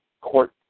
court